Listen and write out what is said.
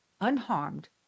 unharmed